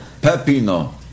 Pepino